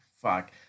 Fuck